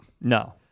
No